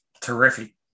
terrific